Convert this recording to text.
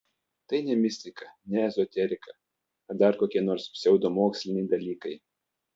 tai ne mistika ne ezoterika ar dar kokie nors pseudomoksliniai dalykai